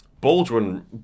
Baldwin